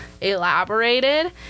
elaborated